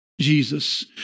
Jesus